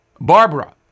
Barbara